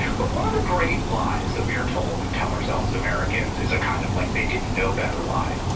but one of the great lies that we are told and tell ourselves as americans is a kind of like, they didn't know better lie.